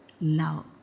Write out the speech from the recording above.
love